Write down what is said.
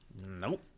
Nope